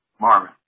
Marvin